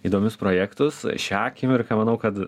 įdomius projektus šią akimirką manau kad